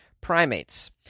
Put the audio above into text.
primates